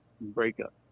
breakup